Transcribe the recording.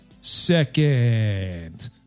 second